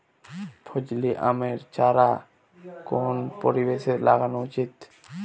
ফজলি আমের চারা কোন পরিবেশে লাগানো উচিৎ?